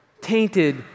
tainted